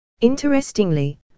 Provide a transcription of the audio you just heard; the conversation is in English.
Interestingly